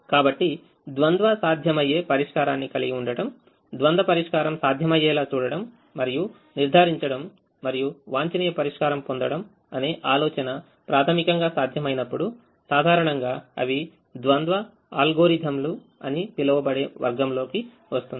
కాబట్టిద్వంద్వ సాధ్యమయ్యే పరిష్కారాన్ని కలిగి ఉండడం ద్వంద్వ పరిష్కారం సాధ్యమయ్యేలా చూడడం మరియు నిర్ధారించడం మరియు వాంఛనీయ పరిష్కారం పొందడం అనే ఆలోచన ప్రాథమికంగా సాధ్యమైనప్పుడు సాధారణంగా అవి ద్వంద్వ అల్గోరిథంలు అని పిలువబడే వర్గం లో వస్తుంది